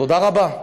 תודה רבה.